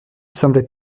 semblait